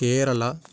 Kerala